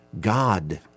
God